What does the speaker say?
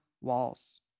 walls